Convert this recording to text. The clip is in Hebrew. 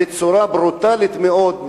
בצורה ברוטלית מאוד,